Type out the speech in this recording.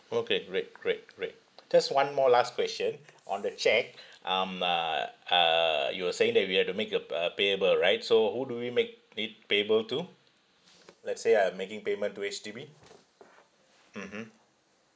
okay great great great just one more last question I want to check um uh uh you were saying that we had to make a p~ uh payable right so who do we make it payable to let's say I'm making payment to H_D_B mmhmm